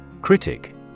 Critic